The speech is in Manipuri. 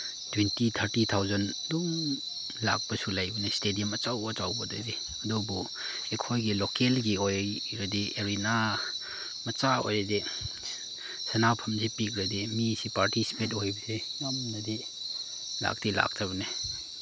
ꯇ꯭ꯋꯦꯟꯇꯤ ꯊꯥꯔꯇꯤ ꯊꯥꯎꯖꯟ ꯑꯗꯨꯝ ꯂꯥꯛꯄꯁꯨ ꯂꯩꯕꯅꯦ ꯏꯁꯇꯦꯗꯤꯌꯝ ꯑꯆꯧ ꯑꯆꯧꯕꯗꯗꯤ ꯑꯗꯨꯕꯨ ꯑꯩꯈꯣꯏꯒꯤ ꯂꯣꯀꯦꯜꯒꯤ ꯑꯣꯏꯔꯗꯤ ꯑꯦꯔꯤꯅꯥ ꯃꯆꯥ ꯑꯣꯏꯔꯗꯤ ꯁꯥꯟꯅꯐꯝꯁꯤ ꯄꯤꯛꯂꯗꯤ ꯃꯤꯁꯤ ꯄꯥꯔꯇꯤꯁꯤꯄꯦꯠ ꯑꯣꯏꯕꯁꯤ ꯌꯥꯝꯅꯗꯤ ꯂꯥꯛꯇꯤ ꯂꯥꯛꯇꯕꯅꯦ